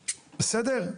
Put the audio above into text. בסדר?